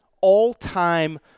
all-time